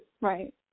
Right